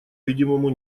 видимому